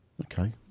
okay